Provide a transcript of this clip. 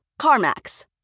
CarMax